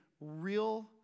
real